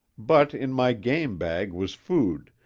but in my game bag was food,